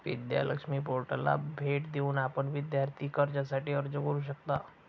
विद्या लक्ष्मी पोर्टलला भेट देऊन आपण विद्यार्थी कर्जासाठी अर्ज करू शकता